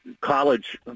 college